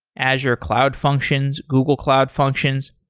azure cloud functions, google cloud functions.